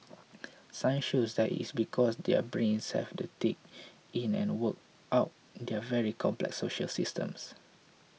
science shows that is because their brains have to take in and work out their very complex social systems